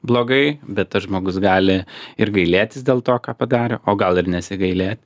blogai bet tas žmogus gali ir gailėtis dėl to ką padarė o gal ir nesigailėti